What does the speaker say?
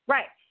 Right